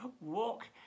walk